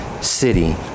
city